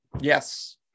Yes